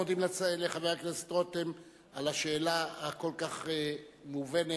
מודים לחבר הכנסת רותם על השאלה הכל-כך מובנת,